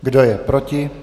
Kdo je proti?